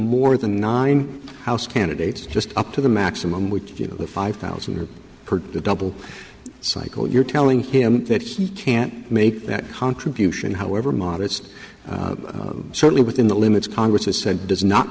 more than nine house candidates just up to the maximum which you know five thousand or the double cycle you're telling him that he can't make that contribution however modest certainly within the limits congress has said does not